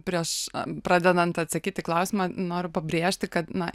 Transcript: prieš pradedant atsakyti klausimą noriu pabrėžti kad na